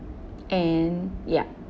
and ya